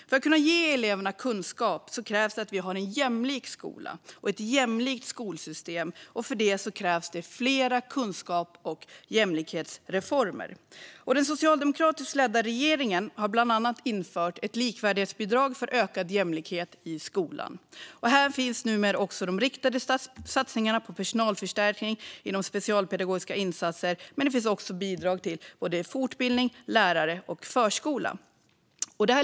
För att kunna ge eleverna kunskap krävs att vi har en jämlik skola och ett jämlikt skolsystem. För det krävs flera kunskaps och jämlikhetsreformer. Den socialdemokratiskt ledda regeringen har bland annat infört ett likvärdighetsbidrag för ökad jämlikhet i skolan. Här finns numera också de tidigare riktade satsningarna på personalförstärkning inom specialpedagogiska insatser, men det finns också bidrag till både fortbildning, lärare och förskola.